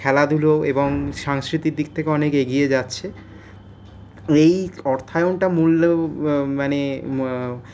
খেলাধুলো এবং সাংস্কৃতিক দিক থেকে অনেক এগিয়ে যাচ্ছে এই অর্থায়নটা মূল্য মানে